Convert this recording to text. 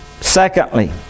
Secondly